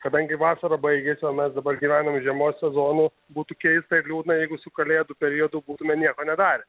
kadangi vasara baigėsi o mes dabar gyvenam žiemos sezonu būtų keista ir liūdna jeigu su kalėdų periodu būtume nieko nedarę